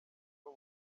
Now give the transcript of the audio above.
n’u